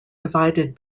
divided